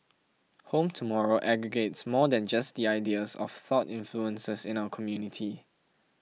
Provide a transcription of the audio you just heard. Home Tomorrow aggregates more than just the ideas of thought influences in our community